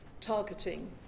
targeting